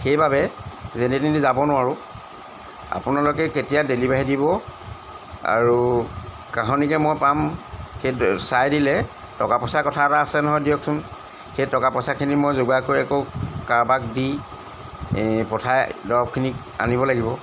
সেইবাবে যেনি তেনি যাব নোৱাৰোঁ আপোনালোকে কেতিয়া ডেলিভাৰী দিব আৰু কাহানিকৈ মই পাম সেইটোৱে চাই দিলে টকা পইচাৰ কথা এটা আছে নহয় দিয়কচোন সেই টকা পইচাখিনি মই যোগাৰ কৰি আকৌ কাৰোবাক দি পঠাই দৰৱখিনিক আনিব লাগিব